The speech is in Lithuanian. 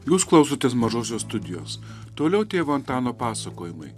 jūs klausotės mažosios studijos toliau tėvo antano pasakojimai